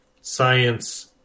science